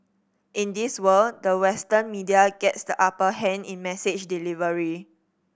in this world the Western media gets the upper hand in message delivery